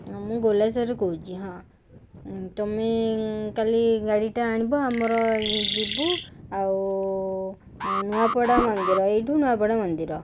ହଁ ମୁଁ ଗୋଲା ସାହିରୁ କହୁଛି ହଁ ତମେ କାଲି ଗାଡ଼ିଟା ଆଣିବା ଆମର ଯିବୁ ଆଉ ନୂଆପଡ଼ା ମନ୍ଦିର ଏଇଠୁ ନୂଆପଡ଼ା ମନ୍ଦିର